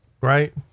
right